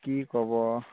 কি ক'ব